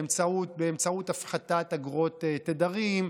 באמצעות הפחתת אגרות תדרים,